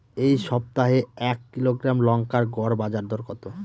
এই সপ্তাহে এক কিলোগ্রাম লঙ্কার গড় বাজার দর কত?